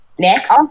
Next